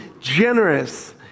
generous